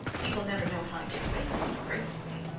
people never know how to get away from them gracefully.